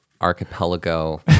archipelago